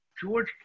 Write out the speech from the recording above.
George